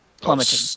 plummeting